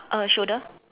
uh shoulder